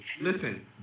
Listen